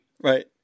Right